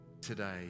today